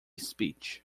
speech